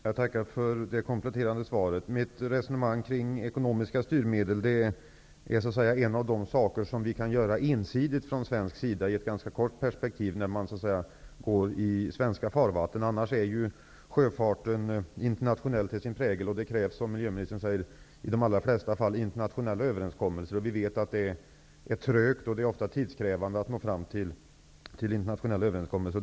Herr talman! Jag tackar för det kompletterande svaret. Mitt resonemang kring ekonomiska styrmedel gäller en av de saker som vi kan göra ensidigt från svensk sida i ett ganska kort perspektiv, för sjöfart i svenska farvatten. Annars är sjöfarten internationell till sin prägel, och det krävs, som miljöministern säger, i de flesta fall internationella överenskommelser. Vi vet att det är trögt och ofta tidskrävande att nå fram till sådana.